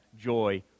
joy